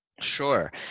Sure